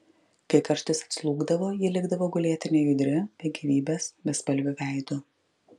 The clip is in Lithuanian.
kai karštis atslūgdavo ji likdavo gulėti nejudri be gyvybės bespalviu veidu